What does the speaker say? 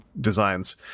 designs